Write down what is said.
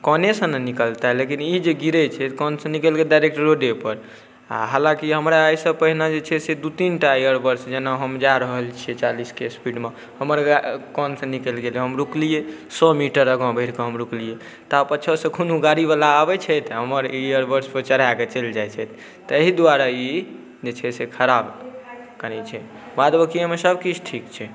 कानेसँ ने निकलतै लेकिन ई जे गिरै छै तऽ कानसँ निकलिकऽ डाइरेक्ट रोडेपर आओर हालाँकि हमरा एहिसँ पहिने जे छै से दुइ तीन टा इयरबड्स जेना हम जा रहल छी चालीसके स्पीडमे हमर कानसँ निकलि गेल हम रुकलिए सौ मीटर आगाँ बढ़िकऽ हम रुकलिए तऽ पाछासँ कोनो गाड़ीवला आबै छथि हमर इयरबड्सपर चढ़ाकऽ चलि जाइ छथि तहि दुआरे ई जे छै से खराब करै छै बाद बाँकी एहिमे सबकिछु ठीक छै